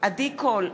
עדי קול,